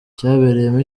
cyabereyemo